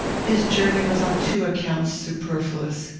his journey was on two accounts superfluous.